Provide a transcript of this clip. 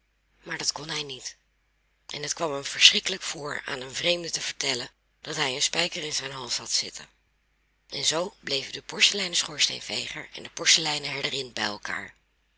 maar dat kon hij niet en het kwam hem verschrikkelijk voor aan een vreemde te vertellen dat hij een spijker in zijn hals had zitten en zoo bleven de porseleinen schoorsteenveger en de porseleinen herderin bij elkaar